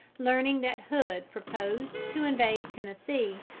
learning that hood proposed to invade tennessee,